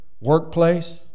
workplace